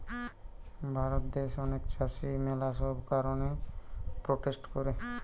ভারত দ্যাশে অনেক চাষী ম্যালা সব কারণে প্রোটেস্ট করে